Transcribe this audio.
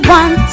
one